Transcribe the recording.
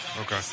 Okay